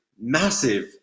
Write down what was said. massive